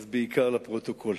אז בעיקר לפרוטוקול.